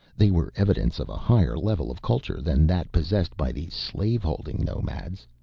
they were evidence of a higher level of culture than that possessed by these slave-holding nomads.